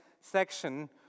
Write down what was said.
section